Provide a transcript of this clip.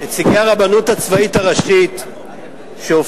נציגי הרבנות הצבאית הראשית שהופיעו